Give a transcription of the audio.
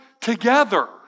together